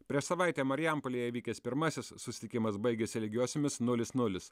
prieš savaitę marijampolėje įvykęs pirmasis susitikimas baigėsi lygiosiomis nulis nulis